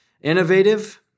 innovative